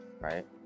right